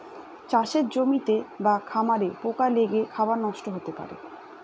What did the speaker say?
চাষের জমিতে বা খাবারে পোকা লেগে খাবার নষ্ট হতে পারে